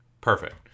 Perfect